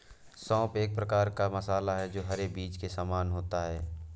सौंफ एक प्रकार का मसाला है जो हरे बीज के समान होता है